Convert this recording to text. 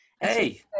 Hey